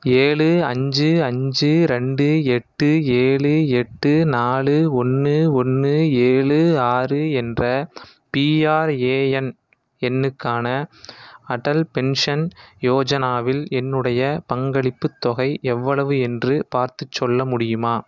ஏழு அஞ்சு அஞ்சு ரெண்டு எட்டு ஏழு எட்டு நாலு ஒன்று ஒன்று ஏழு ஆறு என்ற பிஆர்ஏஎன் எண்ணுக்கான அடல் பென்ஷன் யோஜனாவில் என்னுடைய பங்களிப்புத் தொகை எவ்வளவு என்று பார்த்துச் சொல்ல முடியுமா